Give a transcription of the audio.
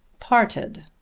parted.